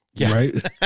right